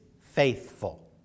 faithful